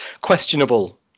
questionable